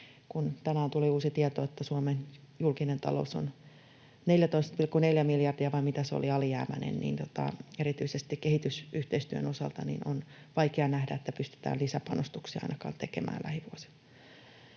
kun tänään tuli uusi tieto, että Suomen julkinen talous on 14,4 miljardia, vai mitä se oli, alijäämäinen, niin erityisesti kehitysyhteistyön osalta on vaikea nähdä, että pystytään lisäpanostuksia ainakaan tekemään lähivuosina.